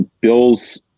Bill's